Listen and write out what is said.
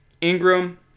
Ingram